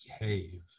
behave